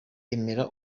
emera